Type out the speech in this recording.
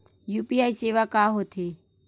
UPI सेवा का होथे?